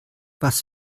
was